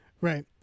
right